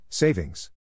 Savings